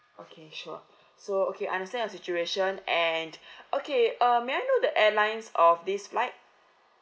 okay sure so okay I understand your situation and okay um may I know the airlines of this flight